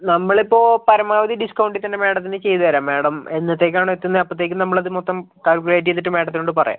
നമ്മൾ ഇപ്പോൾ പരമാവധി ഡിസ്ക്കൗണ്ടിൽത്തന്നെ മാഡത്തിന് ചെയ്തു തരാം മാഡം എന്നത്തേക്കാണ് എത്തുന്നത് അപ്പോഴത്തേക്കും നമ്മളത് മൊത്തം കാൽക്കുലേറ്റ് ചെയ്തിട്ട് മാഡത്തിനോട് പറയാം